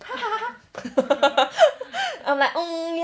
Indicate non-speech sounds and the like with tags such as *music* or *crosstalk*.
*laughs* I'm like err